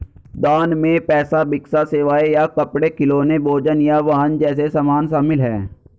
दान में पैसा भिक्षा सेवाएं या कपड़े खिलौने भोजन या वाहन जैसे सामान शामिल हैं